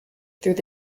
through